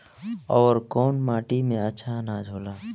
अवर कौन माटी मे अच्छा आनाज होला?